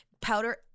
powder